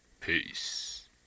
Peace